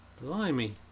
blimey